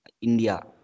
India